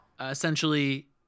essentially